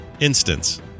instance